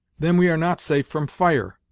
then we are not safe from fire,